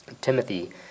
Timothy